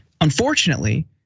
Unfortunately